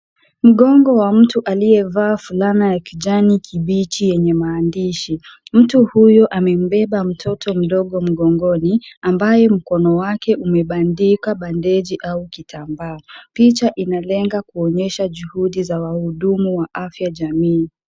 Mgongo wa mtu aliyevaa fulana ya kijani kibichi yenye maandishi. Mtu huyu amembeba mtoto mdogo mgongoni ambaye mkono wake umebandika badeji au kitambaa. Picha inalenga kuonyesha juhudi za wahudumu wa afya jamii.